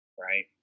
right